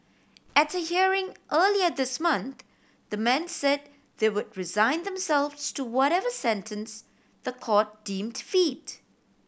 at a hearing earlier this month the men said they would resign themselves to whatever sentence the court deemed fit